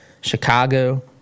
Chicago